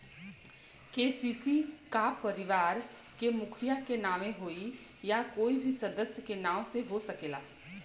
KCC का परिवार के मुखिया के नावे होई या कोई भी सदस्य के नाव से हो सकेला?